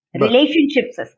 Relationships